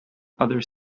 other